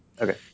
Okay